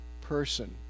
person